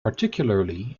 particularly